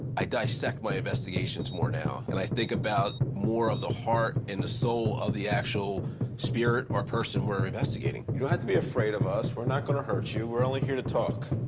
i dissect my investigations more now, and i think about more of the heart and the soul of the actual spirit or person we're investigating. but you don't have to be afraid of us. we're not going to hurt you. we're only here to talk.